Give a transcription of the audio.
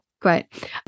Great